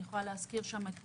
אני יכולה להזכיר שם את פרופ'